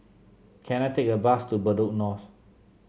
can I take a bus to Bedok North